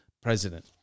president